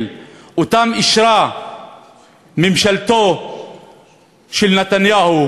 שאותם אישרה ממשלתו הקודמת של נתניהו,